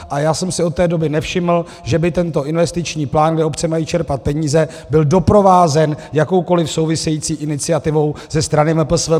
A já jsem si od té doby nevšiml, že by tento investiční plán, kde obce mají čerpat peníze, byl doprovázen jakoukoliv související iniciativou ze strany MPSV.